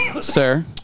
sir